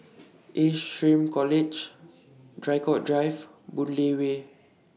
Ace Shrm College Draycott Drive Boon Lay Way